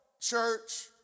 church